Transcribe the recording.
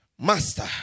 Master